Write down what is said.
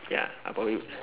ya I probably would